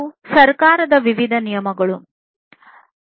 ಇವು ಸರ್ಕಾರದ ವಿವಿಧ ನಿಯಮಗಳು ಆಗಿವೆ